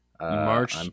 March